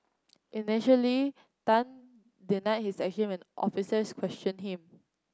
initially Tan denied his action when officers questioned him